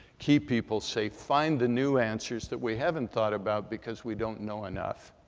keep people safe, find the new answers that we haven't thought about because we don't know enough.